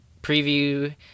preview